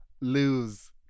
lose